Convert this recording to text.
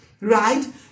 right